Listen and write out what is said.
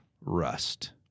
Rust